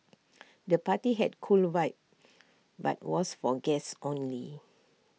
the party had A cool vibe but was for guests only